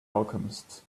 alchemist